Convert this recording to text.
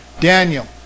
Daniel